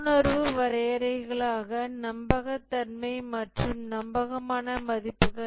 உள்ளுணர்வு வரையறைகளாக நம்பக தன்மை மற்றும் நம்பகமான மதிப்புகள் ஆகும்